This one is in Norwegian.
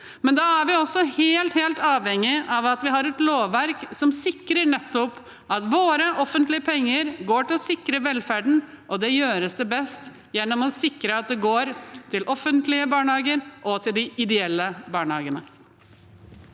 Men da er vi også helt, helt avhengig av at vi har et lovverk som sikrer nettopp at våre offentlige penger går til å sikre velferden, og det gjøres best gjennom å sikre at det går til de offentlige barnehager og til de ideelle barnehagene.